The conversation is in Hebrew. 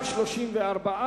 רבותי,